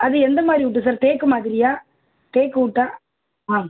அது எந்தமாதிரி உட்டு சார் தேக்கு மாதிரியா தேக் உட்டா ஆ